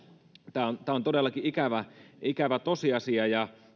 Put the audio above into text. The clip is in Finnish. tahto on ollut tämä on todellakin ikävä ikävä tosiasia ja